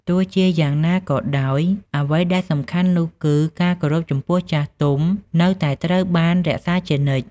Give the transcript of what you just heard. ទោះជាយ៉ាងណាក៏ដោយ អ្វីដែលសំខាន់នោះគឺ ការគោរពចំពោះចាស់ទុំនៅតែត្រូវបានរក្សាជានិច្ច។